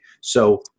So-